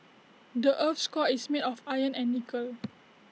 the Earth's core is made of iron and nickel